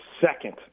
second